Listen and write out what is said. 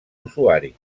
usuaris